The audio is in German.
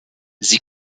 sie